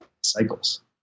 cycles